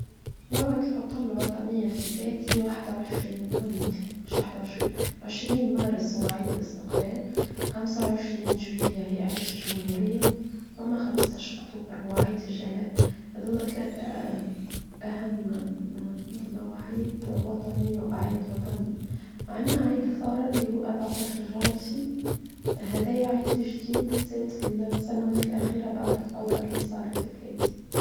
موعد الحطة الوطنية في بلادي واحده وعشرين ااام مش واحده و عشرين, عشرين مارس هو عيد الاستقلال خمسه و عشرين جوليا هي عيد الجمهورية ثم خمستاش كتوبر هو عيد الجلام هل لا ثلاثة أهم موعد وطني وعيد وطني عنا عيد الثورة اللي هو أربعتش غرانسي هاذايا عيد جديد تزيد في السنوات الأخيرة بعد الثورة اللي صارت في بلادي.